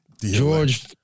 George